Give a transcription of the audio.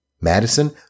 Madison